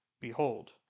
behold